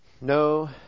No